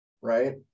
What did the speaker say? Right